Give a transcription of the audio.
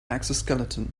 exoskeleton